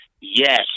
yes